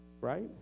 Right